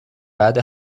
بعد